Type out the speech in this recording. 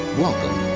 welcome